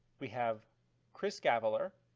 we have chris gavaler,